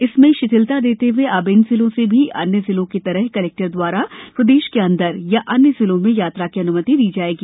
इसमें शिथिलता देते हुए अब इन जिलों से भी अन्य जिलों की तरह कलेक्टर द्वारा प्रदेश के अंदर एवं अन्य जिलों में यात्रा की अन्मति दी जाएगी